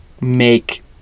make